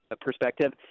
perspective